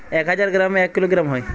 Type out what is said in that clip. এক হাজার গ্রামে এক কিলোগ্রাম হয়